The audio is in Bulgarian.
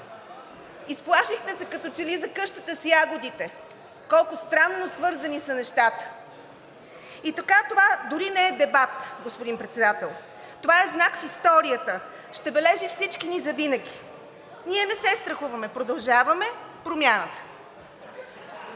Изплашихте се като че ли за Къщата с ягодите. Колко странно свързани са нещата… И така, това дори не е дебат, господин Председател, това е знак в историята. Ще бележи всички ни завинаги. Ние не се страхуваме. Продължаваме „Промяната“.